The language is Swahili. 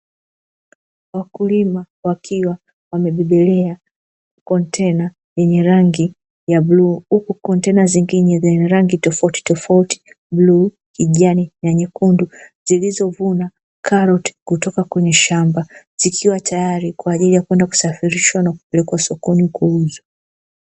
Wakulima wakiwa wamebebelea kontena yenye rangi ya bluu huku kontena zingine zenye rangi tofautitofauti bluu, kijani na nyekundu zilizovuna karoti kutoka kwenye shamba, zikiwa tayari kwa ajili ya kwenda kusafirishwa na kupelekwa sokoni kuuzwa.